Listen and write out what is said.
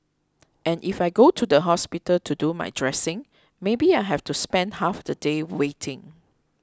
and if I go to the hospital to do my dressing maybe I have to spend half the day waiting